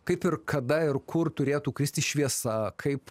kaip ir kada ir kur turėtų kristi šviesa kaip